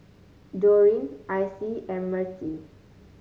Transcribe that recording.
Doreen Icie and Mertie